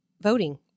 voting